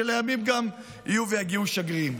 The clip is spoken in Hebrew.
ולימים גם יגיעו ויהיו שגרירים.